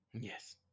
Yes